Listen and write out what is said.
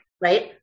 right